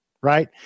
right